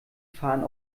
fahnen